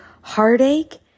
heartache